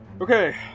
Okay